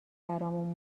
برامون